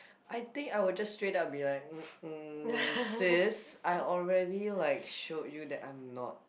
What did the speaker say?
I think I would just straight up and be like mm sis I already like show you that I'm not